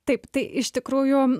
taip tai iš tikrųjų